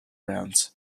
rounds